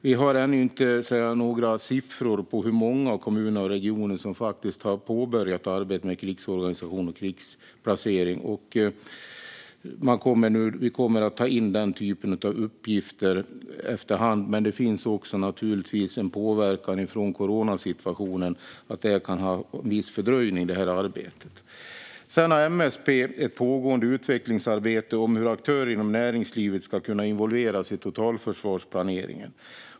Vi har ännu inte några siffror på hur många kommuner och regioner som faktiskt har påbörjat arbetet med krigsorganisation och krigsplacering. Vi kommer att ta in den typen av uppgifter efter hand, men det påverkas naturligtvis av coronasituationen - det kan bli en viss fördröjning i detta arbete. MSB har ett pågående utvecklingsarbete gällande hur aktörer inom näringslivet ska kunna involveras i totalförsvarsplaneringen.